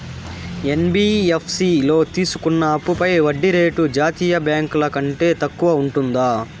NBFC లో తీసుకున్న అప్పుపై వడ్డీ రేటు జాతీయ బ్యాంకు ల కంటే తక్కువ ఉంటుందా?